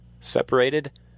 separated